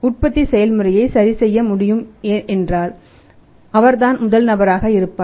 உற்பத்தி செயல்முறையை சரி செய்ய முடியும் என்றால் அவர்தான் முதல் நபராக இருப்பார்